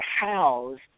housed